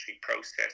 process